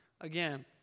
again